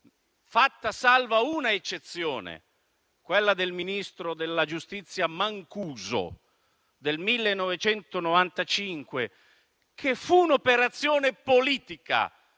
fatta salva una eccezione, quella del ministro della giustizia Mancuso del 1995; quella, però, fu un'operazione politica,